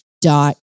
dot